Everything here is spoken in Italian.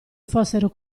fossero